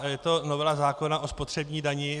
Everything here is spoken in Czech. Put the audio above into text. Je to novela zákona o spotřební dani.